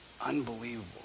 Unbelievable